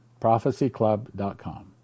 prophecyclub.com